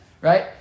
right